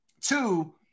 Two